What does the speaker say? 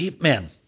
Man